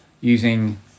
using